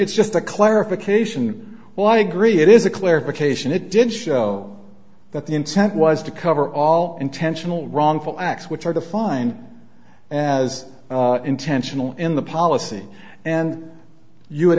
it's just a clarification well i agree it is a clarification it did show that the intent was to cover all intentional wrongful acts which are defined as intentional in the policy and you